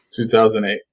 2008